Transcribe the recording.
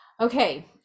okay